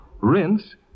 rinse